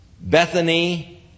Bethany